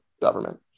government